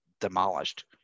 demolished